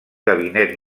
gabinet